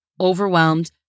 overwhelmed